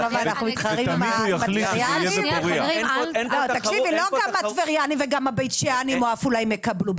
אתם זוכרים שהתכנסנו כאן זה מכבר וקיבלנו סטטוס